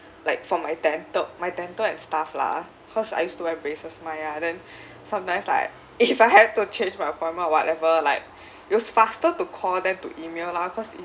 like for my dental my dental and staff lah because I used to wear braces mah ya then sometimes like if I had to change my appointment or whatever like it was faster to call than to email lah because